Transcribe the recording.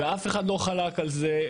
אף אחד לא חלק על זה,